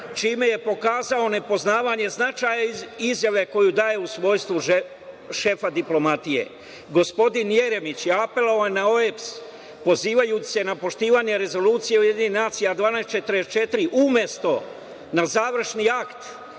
čime je pokazao nepoznavanje značaja izjave koju daje u svojstvu šefa diplomatije. Gospodin Jeremić je apelovao na OEBS, pozivajući se na poštovanje Rezolucije UN 1244, umesto na završni akt